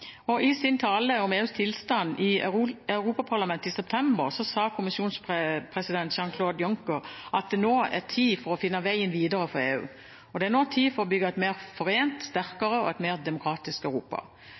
I sin tale om EUs tilstand i Europaparlamentet i september sa kommisjonspresident Jean-Claude Juncker at det nå er tid for å finne vegen videre for EU. Det er nå tid for å bygge et mer forent,